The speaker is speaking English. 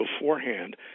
beforehand